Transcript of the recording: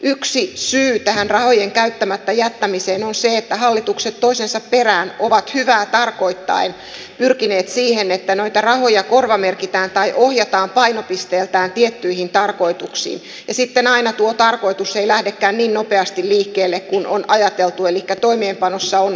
yksi syy tähän rahojen käyttämättä jättämiseen on se että hallitukset toisensa perään ovat hyvää tarkoittaen pyrkineet siihen että noita rahoja korvamerkitään tai ohjataan painopisteeltään tiettyihin tarkoituksiin ja sitten aina tuo tarkoitus ei lähdekään niin nopeasti liikkeelle kuin on ajateltu elikkä toimeenpanossa on ongelmia